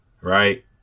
right